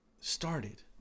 started